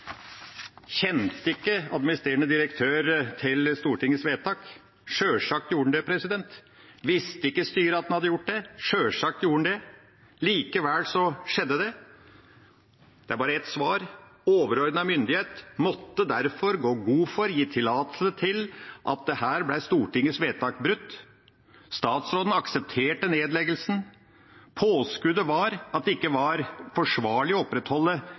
ikke administrerende direktør til Stortingets vedtak? Sjølsagt gjorde han det. Visste ikke styret at han hadde gjort det? Sjølsagt gjorde de det. Likevel skjedde det. Det er bare ett svar: Overordnet myndighet måtte derfor gå god for, gi tillatelse til, at Stortingets vedtak ble brutt. Statsråden aksepterte nedleggelsen. Påskuddet var at det ikke var forsvarlig å opprettholde